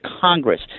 Congress